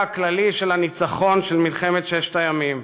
הכללי של הניצחון במלחמת ששת הימים,